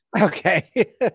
Okay